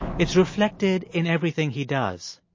it's reflected in everything he does.